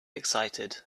excited